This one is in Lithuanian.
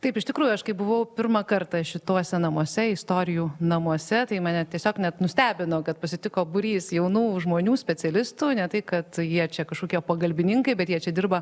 taip iš tikrųjų aš kai buvau pirmą kartą šituose namuose istorijų namuose tai mane tiesiog net nustebino kad pasitiko būrys jaunų žmonių specialistų ne tai kad jie čia kažkokie pagalbininkai bet jie čia dirba